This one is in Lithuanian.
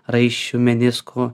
raiščių menisko